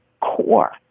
core